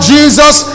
Jesus